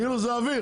כאילו זה אוויר.